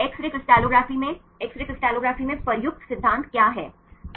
x ray crystallography में X ray crystallography में प्रयुक्त सिद्धांत क्या है